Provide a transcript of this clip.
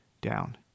down